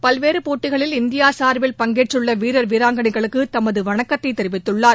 பல்வேறு போட்டிகளில் இந்தியா சார்பில் பங்கேற்றுள்ள வீரர் வீராஙகனைகளுக்கு தமது வணக்கத்தை தெரிவித்துள்ளார்